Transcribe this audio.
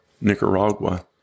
Nicaragua